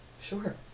Sure